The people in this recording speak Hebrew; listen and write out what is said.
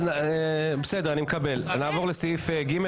בסדר, אני מקבל, נעבור לסעיף ג'.